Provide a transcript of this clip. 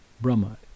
Brahma